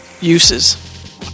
uses